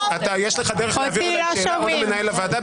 יש לך דרך להעביר פתק או למנהל הוועדה,